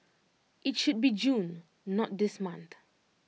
IT should be June not this month